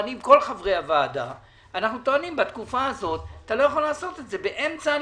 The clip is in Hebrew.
כל האמירות האלה, אני לא נכנס לזה.